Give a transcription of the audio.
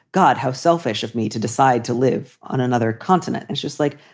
god, how selfish of me to decide to live on another continent. it's just like,